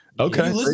Okay